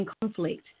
conflict